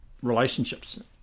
relationships